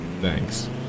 Thanks